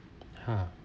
ha